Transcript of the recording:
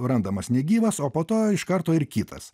randamas negyvas o po to iš karto ir kitas